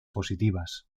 positivas